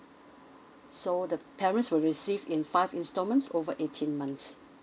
so the parents will receive in five installments over eighteen months